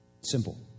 Simple